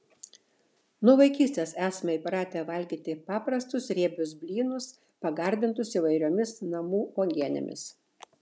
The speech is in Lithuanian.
nuo vaikystės esame įpratę valgyti paprastus riebius blynus pagardintus įvairiomis namų uogienėmis